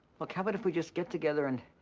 look, how about if we just get together and